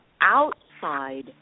outside